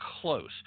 close